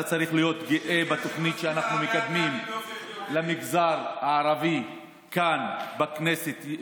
אתה צריך להיות גאה בתוכנית שאנחנו מקדמים למגזר הערבי כאן בכנסת,